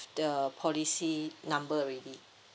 the policy number already